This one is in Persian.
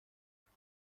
درها